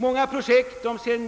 Många projekt ser